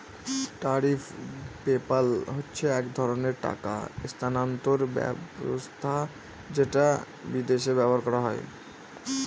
tariff PayPal হচ্ছে এক ধরনের টাকা স্থানান্তর ব্যবস্থা যেটা বিদেশে ব্যবহার করা হয়